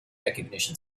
recognition